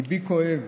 ליבי כואב,